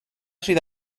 sydd